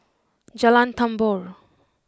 Jalan Tambur